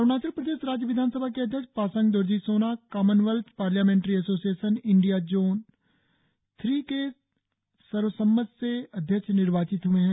अरुणाचल प्रदेश राज्य विधानसभा के अध्यक्ष Pasang Dorjee Sona Commonwealth Parliamentary Association India region zone three के सर्वसम्मति से अध्यक्ष निर्वाचित हए हैं